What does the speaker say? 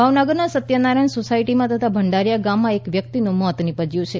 ભાવનગર નાં સત્યનારાયણ સોસાયટીમાં તથા ભંડારીયા ગામમાં એક વ્યકિતનું મોત નીપજ્યું છે